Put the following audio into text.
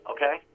Okay